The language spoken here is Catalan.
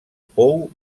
pou